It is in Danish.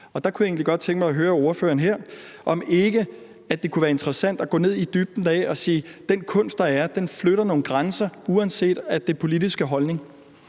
Der kunne jeg egentlig godt tænke mig at høre ordføreren her, om ikke det kunne være interessant at gå ned i dybden i dag og sige: Den kunst, der er, flytter nogle grænser uanset den politiske holdning.